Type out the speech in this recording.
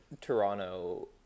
Toronto